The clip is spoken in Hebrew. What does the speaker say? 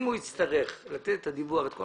אם הוא יצטרך לתת את הדיווח,